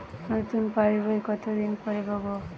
নতুন পাশ বই কত দিন পরে পাবো?